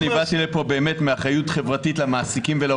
באתי לפה באמת מאחריות חברתית למעסיקים ולעובדים.